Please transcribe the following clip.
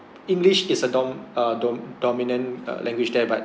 english is a dom~ uh dom~ dominant uh language there but